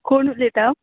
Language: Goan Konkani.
कोण उलयता